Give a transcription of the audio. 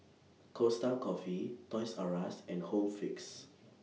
Costa Coffee Toys R US and Home Fix